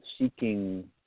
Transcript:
seeking